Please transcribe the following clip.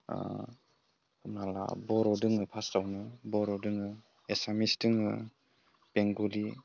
माबा बर' दोङो फार्स्टआवनो बर' दोङो एसामिस दोङो बेंगलि